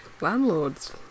landlords